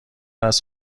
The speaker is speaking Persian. است